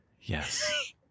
Yes